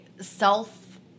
self